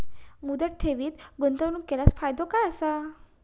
मुदत ठेवीत गुंतवणूक केल्यास फायदो काय आसा?